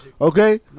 okay